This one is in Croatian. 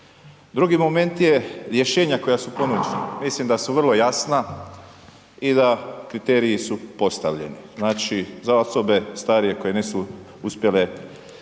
Drugi moment je, rješenja koja su ponuđena, mislim da su vrlo jasna i da kriteriji su postavljeni. Znači, za osobe starije koje nisu uspjele